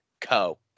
Co